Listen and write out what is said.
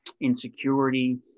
insecurity